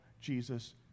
Jesus